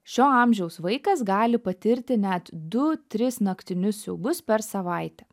šio amžiaus vaikas gali patirti net du tris naktinius siaubus per savaitę